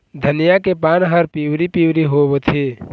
धनिया के पान हर पिवरी पीवरी होवथे?